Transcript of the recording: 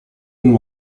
and